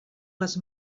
les